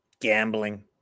gambling